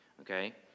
Okay